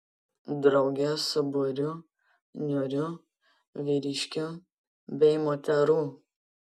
drauge su būriu niūrių vyriškių bei moterų